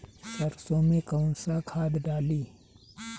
सरसो में कवन सा खाद डाली?